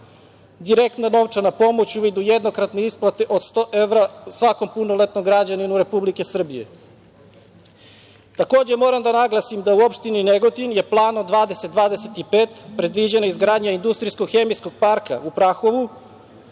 direktna novčana pomoć u vidu jednokratne isplate od 100 evra svakom punoletnom građaninu Republike Srbije. Takođe, moram da naglasim da je u opštini Negotin Planom 2025 predviđena izgradnja industrijsko-hemijskog parka u Prahovu,